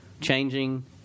changing